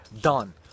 done